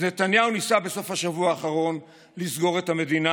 אז נתניהו ניסה בסוף השבוע האחרון לסגור את המדינה